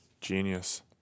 genius